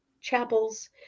chapels